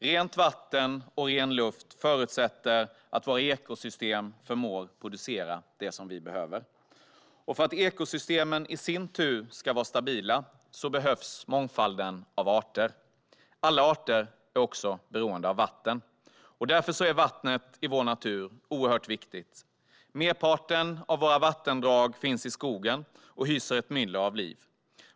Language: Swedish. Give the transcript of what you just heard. Rent vatten och ren luft förutsätter att våra ekosystem förmår att producera det vi behöver. Och för att ekosystemen i sin tur ska vara stabila behövs mångfalden av arter. Alla arter är beroende av vatten. Därför är vattnet i vår natur oerhört viktigt. Merparten av våra vattendrag finns i skogen och hyser ett myller av liv.